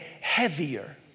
heavier